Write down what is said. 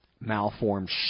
malformed